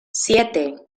siete